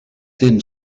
tim